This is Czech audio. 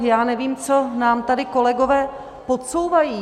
Já nevím, co nám tady kolegové podsouvají.